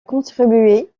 contribué